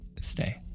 Stay